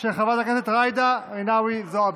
התשפ"א 2021 של חברת הכנסת ג'ידא רינאוי זועבי.